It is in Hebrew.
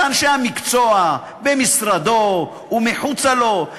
אנשי המקצוע במשרדו ומחוצה לו,